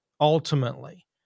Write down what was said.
ultimately